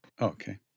Okay